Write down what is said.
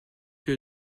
lieu